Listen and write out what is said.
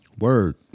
Word